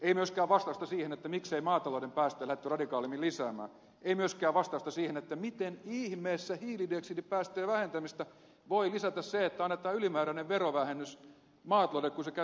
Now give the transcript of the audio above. ei myöskään vastausta siihen miksei maatalouden päästöjä lähdetty radikaalimmin vähentämään ei myöskään vastausta siihen miten ihmeessä hiilidioksidipäästöjen vähentämistä voi lisätä se että annetaan ylimääräinen verovähennys maataloudelle kun se käyttää kevyttä polttoöljyä